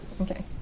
Okay